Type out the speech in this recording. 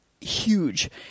huge